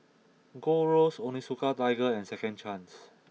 Gold Roast Onitsuka Tiger and Second Chance